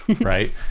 right